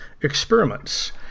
experiments